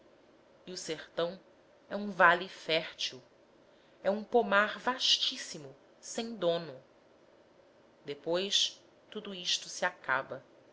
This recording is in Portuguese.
e o sertão é um vale fértil é um pomar vastíssimo sem dono depois tudo isto se acaba